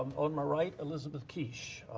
on my right, elizabeth kiss,